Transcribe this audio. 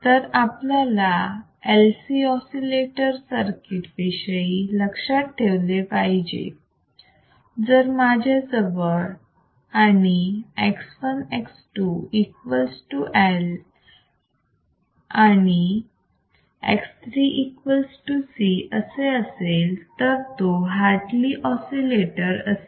तर आपल्याला LC oscillator circuit विषयी लक्षात ठेवले पाहिजे जर माझ्याजवळ आणि X1 X2 equal to L and X3 equal to C असं असेल तर तो हार्टली ऑसिलेटर असेल